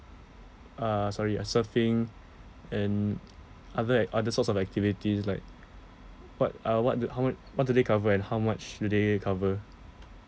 uh sorry surfing and other ac~ other sorts of activities like what uh what the how much what do they cover and how much do they cover